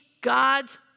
God's